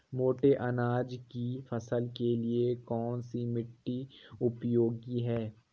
मोटे अनाज की फसल के लिए कौन सी मिट्टी उपयोगी है?